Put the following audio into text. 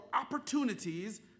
opportunities